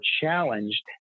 challenged